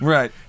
Right